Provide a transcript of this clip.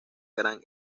gran